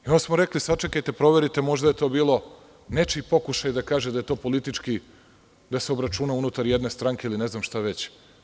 Onda smo rekli – sačekajte, proverite, možda je to bio nečiji pokušaj da kaže da je to politički obračun unutar jedne stranke, ili ne znam šta već.